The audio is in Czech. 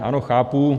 Ano, chápu.